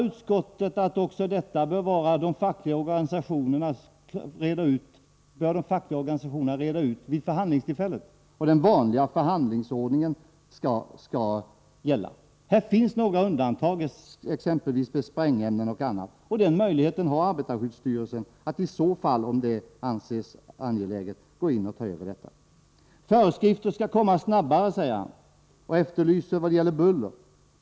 Utskottet anser att även detta är en fråga som de fackliga organisationerna bör klara upp förhandlingsvägen — den vanliga förhandlingsordningen bör gälla. Undantag kan behöva göras för arbete med sprängämnen och annat, och arbetarskyddsstyrelsen har möjlighet att, om så anses angeläget, ta över detta. Föreskrifter skall komma snabbare, säger Hagberg, och efterlyser föreskrifter när det gäller buller.